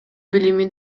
билими